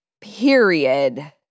period